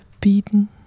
beaten